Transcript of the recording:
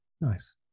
Nice